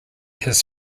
his